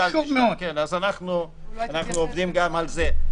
אנחנו עובדים גם על זה.